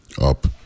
up